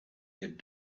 had